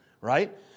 right